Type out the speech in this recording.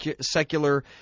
secular